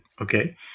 Okay